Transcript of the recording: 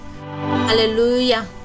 Hallelujah